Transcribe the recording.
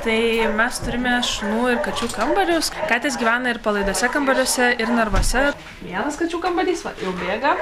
tai mes turime šunų ir kačių kambarius katės gyvena ir palaidose kambariuose ir narvuose vienas kačių kambarys va jau bėga